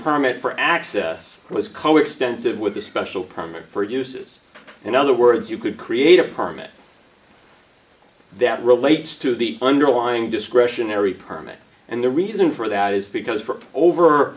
permit for access was coextensive with a special permit for uses in other words you could create a permit that relates to the underlying discretionary permit and the reason for that is because for over